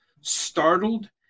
startled